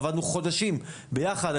עבדנו חודשים ביחד,